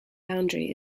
boundary